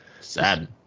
sad